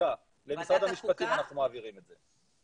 למשרד המשפטים אנחנו מעבירים את זה.